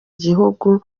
igihugu